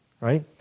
right